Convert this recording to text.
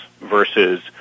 versus